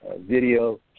video